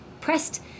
pressed